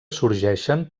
sorgeixen